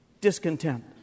discontent